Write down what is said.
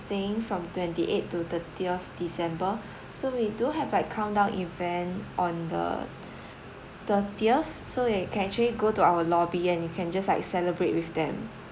staying from twenty eighth to thirtieth december so we do have like countdown event on the thirtieth so you can actually go to our lobby and you can just like celebrate with them